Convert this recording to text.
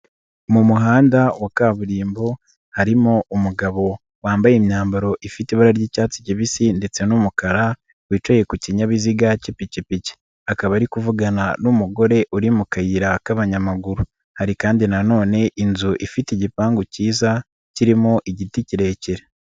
Mu muhanda wa kaburimbo harimo umugabo wambaye imyambaro ifite ibara ry'icyatsi kibisi ndetse n'umukara wicaye ku kinyabiziga k'ipikipiki, akaba ari kuvugana n'umugore uri mu kayira k'abanyamaguru, hari kandi nanone inzu ifite igipangu kiza kirimo igiti kirekire.